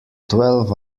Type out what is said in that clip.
twelve